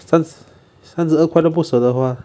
三三十二块都不舍得花